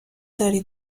داری